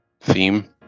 theme